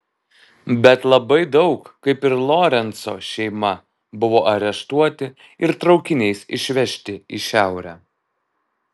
bet labai daug kaip ir lorenco šeima buvo areštuoti ir traukiniais išvežti į šiaurę